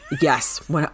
Yes